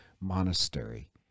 monastery